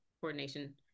coordination